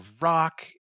rock